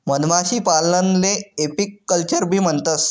मधमाशीपालनले एपीकल्चरबी म्हणतंस